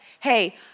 hey